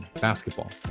basketball